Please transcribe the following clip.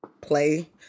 play